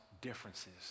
differences